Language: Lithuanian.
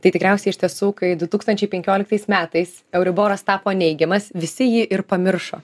tai tikriausiai iš tiesų kai du tūkstančiai penkioliktais metais euriboras tapo neigiamas visi jį ir pamiršo